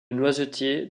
noisetiers